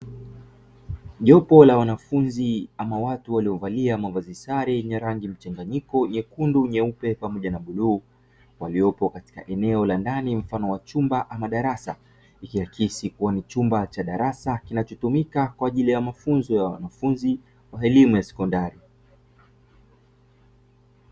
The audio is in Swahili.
Jopo la wanafunzi ama watu waliovalia mavazi sare ya rangi mchanganyiko nyekundu, nyeupe pamoja na bluu; waliopo katika eneo la ndani mfano wa chumba ama darasa, ikiakisi kuwa ni chumba cha darasa kinachotumika kwa ajili mafunzo ya wanafunzi wa elimu ya sekondari.